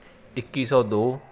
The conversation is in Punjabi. ਇੱਕੀ ਸੌ ਦੋ